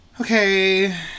Okay